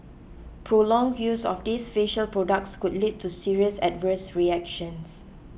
prolonged use of these facial products could lead to serious adverse reactions